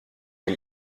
dem